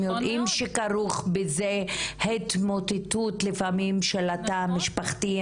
הם יודעים שכרוך בזה התמוטטות לפעמים של התא המשפחתי,